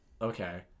okay